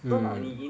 hmm